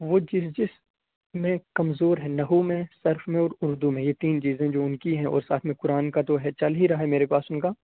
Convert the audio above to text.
وہ جس جس میں کمزور ہیں نحو میں صرف میں اور اردو میں یہ تین چیزیں جو ان کی ہیں اور ساتھ میں قرآن کا تو ہے چل ہی رہا ہے میرے پاس ان کا